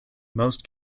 most